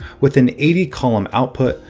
with an eighty column output,